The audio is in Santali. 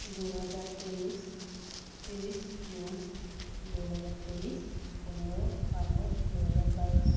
ᱫᱩ ᱦᱟᱡᱟᱨ ᱛᱮᱭᱤᱥ ᱛᱨᱤᱥ ᱡᱩᱱ ᱫᱩ ᱦᱟᱡᱟᱨ ᱛᱮᱭᱤᱥ ᱯᱚᱱᱮᱨᱚ ᱟᱜᱚᱥᱴ ᱫᱩ ᱦᱟᱡᱟᱨ ᱵᱟᱭᱤᱥ